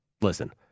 Listen